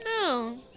No